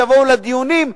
יבואו לדיונים,